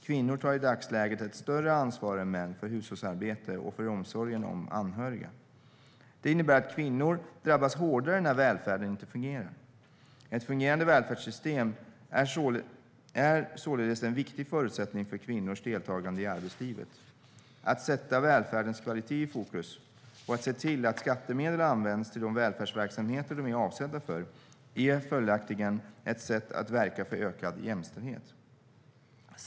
Kvinnor tar i dagsläget ett större ansvar än män för hushållsarbete och för omsorgen om anhöriga. Det innebär att kvinnor drabbas hårdare när välfärden inte fungerar. Ett fungerande välfärdssystem är således en viktig förutsättning för kvinnors deltagande i arbetslivet. Att sätta välfärdens kvalitet i fokus, och att se till att skattemedel används till de välfärdsverksamheter som de är avsedda för, är följaktligen ett sätt att verka för ökad jämställdhet.